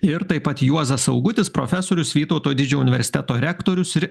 ir taip pat juozas augutis profesorius vytauto didžiojo universiteto rektorius ir